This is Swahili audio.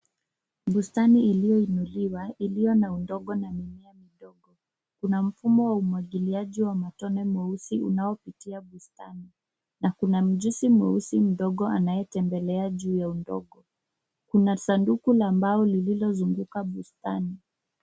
Bustani iliyoinuliwa , iliyo na udongo na mimea midogo. Kuna mfumo wa umwagiliaji wa matone mweusi unaopitia bustani na kuna mjusi mweusi mdogo anayetembelea juu ya udongo. Kuna sanduku la mbao lililozunguka bustani.